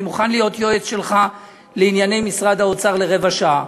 אני מוכן להיות יועץ שלך לענייני משרד האוצר לרבע שעה.